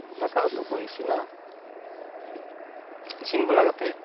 ᱫᱟᱠᱟᱼᱩᱛᱩ ᱠᱚ ᱤᱥᱤᱱᱟ ᱤᱥᱤᱱ ᱵᱟᱲᱟ ᱠᱟᱛᱮ